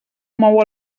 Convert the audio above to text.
mou